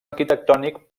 arquitectònic